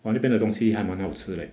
!wah! 那边的东西还蛮好吃 leh